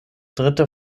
dritte